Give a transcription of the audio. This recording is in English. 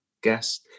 guess